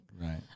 right